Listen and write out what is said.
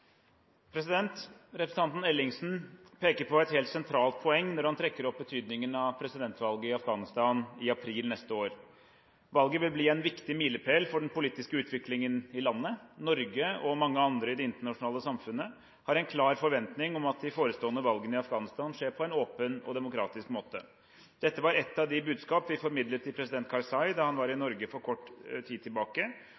Representanten Ellingsen peker på et helt sentralt poeng når han trekker opp betydningen av presidentvalget i Afghanistan i april neste år. Valget vil bli en viktig milepæl for den politiske utviklingen i landet. Norge og mange andre i det internasjonale samfunnet har en klar forventning om at de forestående valgene i Afghanistan skjer på en åpen og demokratisk måte. Dette var et av de budskap vi formidlet til president Karzai da han var i